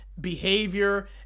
behavior